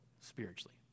spiritually